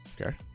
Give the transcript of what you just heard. okay